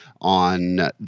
on